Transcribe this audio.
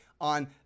on